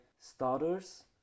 starters